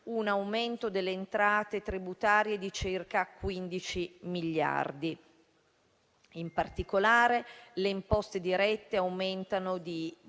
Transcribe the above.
un aumento delle entrate tributarie di circa 15 miliardi. In particolare, le imposte dirette aumentano di